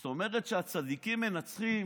זאת אומרת, כשהצדיקים מנצחים